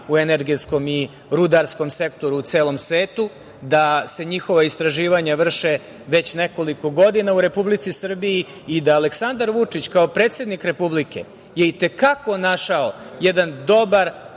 u energetskom i rudarskom sektoru u celom svetu, da se njihova istraživanja vrše već nekoliko godina u Republici Srbiji i da Aleksandar Vučić, kao predsednik Republike, je i te kako našao jedan dobar